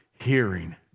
hearing